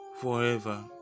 forever